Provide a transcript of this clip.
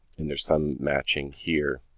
and there's some matching here,